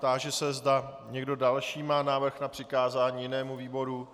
Táži se, zda někdo další má návrh na přikázání jinému výboru.